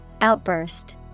Outburst